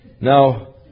Now